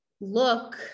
look